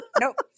Nope